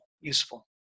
Useful